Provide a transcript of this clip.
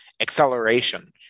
acceleration